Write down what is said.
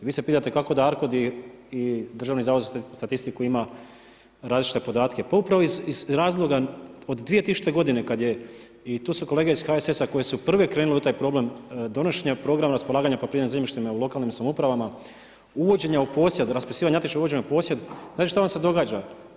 Vi se pitate kako da ARKOD i Državni zavod za statistiku ima različite podatke, pa upravo iz razloga, od 2000. godine kad je i tu su kolege iz HSS-a koje su prve krenule u taj problem, donošenje programa raspolaganja poljoprivrednim zemljištem u lokalnim samouprava, uvođenja u posjed, raspisivanja natječaja, znate šta vam se događa?